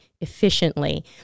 efficiently